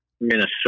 Minnesota